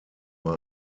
war